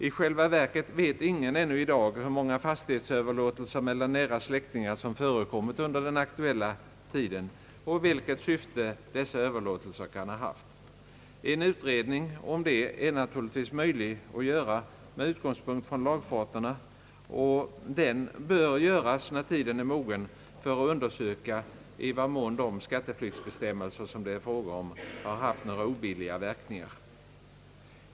I själva verket vet ingen ännu i denna dag hur många fastighetsöverlåtelser mellan nära släktingar som förekommit under den aktuella tiden och vilket syfte sådana överlåtelser kan ha haft. En utredning om det är naturligtvis möjlig att göra med -.utgångspunkt från lagfarterna. Den bör göras när tiden är mogen för att undersöka i vad mån de skatteflyktsbestämmelser som det är fråga om har haft några obilliga verkningar.